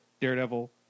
Daredevil